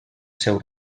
seu